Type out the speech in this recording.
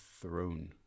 throne